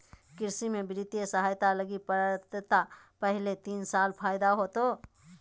कृषि में वित्तीय सहायता लगी पात्रता पहले तीन साल फ़ायदा होतो